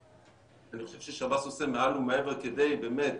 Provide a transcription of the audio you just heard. אני חושב ששב"ס עושה מעל ומעבר כדי באמת